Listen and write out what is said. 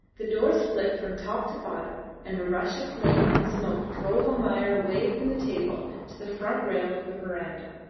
the door split from top to bottom, and a rush of flame and smoke drove almayer away from the table to the front rail of the verandah.